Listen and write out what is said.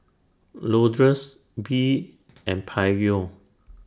Lourdes Bee and Pryor